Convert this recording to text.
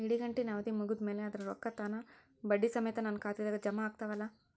ಇಡಗಂಟಿನ್ ಅವಧಿ ಮುಗದ್ ಮ್ಯಾಲೆ ಅದರ ರೊಕ್ಕಾ ತಾನ ಬಡ್ಡಿ ಸಮೇತ ನನ್ನ ಖಾತೆದಾಗ್ ಜಮಾ ಆಗ್ತಾವ್ ಅಲಾ?